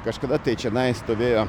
kažkada tai čionai stovėjo